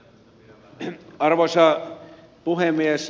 arvoisa puhemies